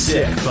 Sick